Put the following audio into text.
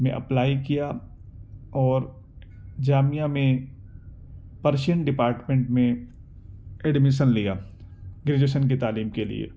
میں اپلائی کیا اور جامعہ میں پرشین ڈیپارٹمنٹ میں ایڈمیشن لیا گریجویشن کی تعلیم کے لیے